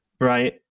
right